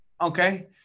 Okay